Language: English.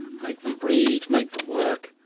make them breed, make them work,